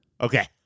Okay